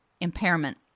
impairment